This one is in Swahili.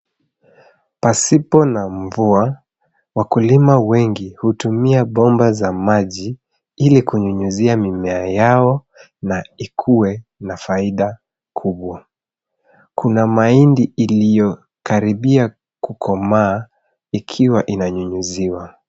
Pasipo na mvua wakulima wengi hutumia bomba za maji ili kunyunyizia mimea yao na ikue na faida kubwa. Kuna mahindi iliyo karibia kukomaa ikiwa ina nyunyiziwa.